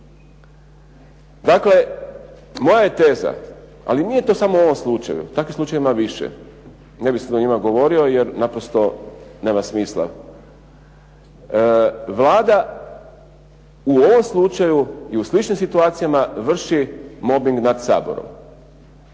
Dakle, moja je teza, ali nije to samo u ovom slučaju, takvih slučajeva ima više, ne bih sad o njima govorio jer naprosto nema smisla. Vlada u ovom slučaju i u sličnim situacijama vrši mobing nad Saborom